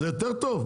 זה יותר טוב?